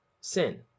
sin